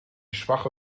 schwache